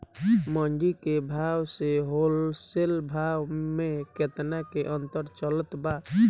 मंडी के भाव से होलसेल भाव मे केतना के अंतर चलत बा?